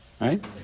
right